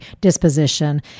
disposition